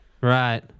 Right